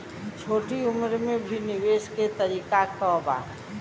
छोटी उम्र में भी निवेश के तरीका क बा?